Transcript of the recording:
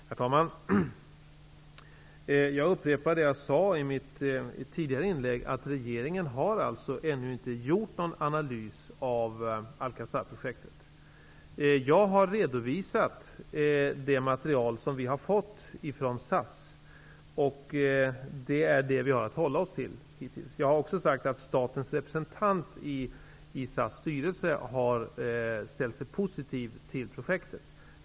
Herr talman! Jag upprepar det som jag sade i mitt tidigare inlägg, att regeringen ännu inte har gjort någon analys av Alcazarprojektet. Jag har redovisat det material som vi har fått från SAS, och det är det som vi hittills har att hålla oss till. Jag har också sagt att statens representant i SAS styrelse har ställt sig positiv till projektet.